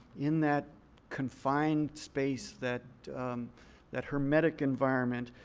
in that confined space, that that hermetic environment,